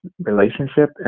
relationship